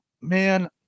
man